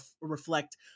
reflect